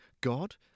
God